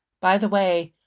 by the way,